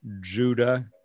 Judah